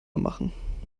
machen